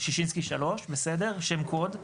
שישינסקי 3 שם קוד,